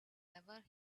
never